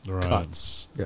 cuts